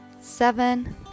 seven